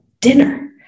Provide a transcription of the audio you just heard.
dinner